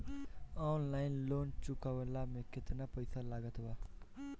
Online loan चुकवले मे केतना पईसा लागत बा?